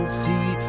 see